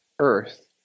earth